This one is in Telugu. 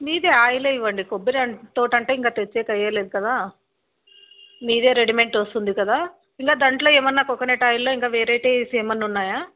మీదే ఆయిలే ఇవ్వండి కొబ్బరి తోటంటే ఇంగ తెచ్చేకి అయ్యేలేదు కదా మీరే రెడీమేడ్ వస్తుంది కదా ఇంగ దాంట్లో ఏమన్నా కోకోనట్ ఆయిల్లో ఇంకా వెరైటీస్ ఏమన్నా ఉన్నాయా